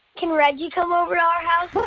can reggie come over our house?